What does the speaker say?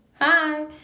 hi